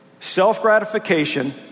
Self-gratification